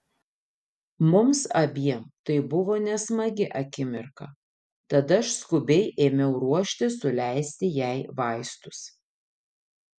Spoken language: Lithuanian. mums abiem tai buvo nesmagi akimirka tad aš skubiai ėmiau ruoštis suleisti jai vaistus